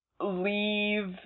leave